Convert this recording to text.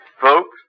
Folks